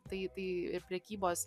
tai tai ir prekybos